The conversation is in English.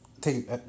Take